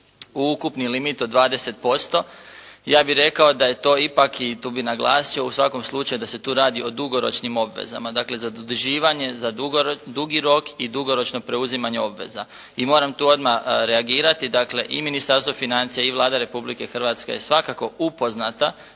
u ukupni limit od 20%, ja bih rekao da je to ipak, i tu bih naglasio u svakom slučaju da se tu radi o dugoročnim obvezama, dakle za zaduživanje za dugi rok i dugoročno preuzimanje obveza i moram tu odmah reagirati. Dakle, i Ministarstvo financija i Vlada Republike Hrvatske je svakako upoznata